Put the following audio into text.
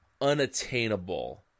unattainable